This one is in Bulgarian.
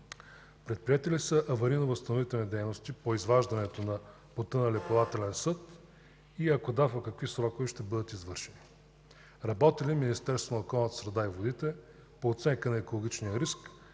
Предприети ли са аварийно-възстановителни дейности по изваждането на потъналия плавателен съд и ако да, в какви срокове ще бъдат извършени? Работи ли Министерството на околната среда и водите по оценка на екологичния риск